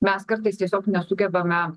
mes kartais tiesiog nesugebame